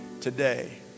today